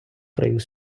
провів